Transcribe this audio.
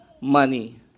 money